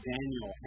Daniel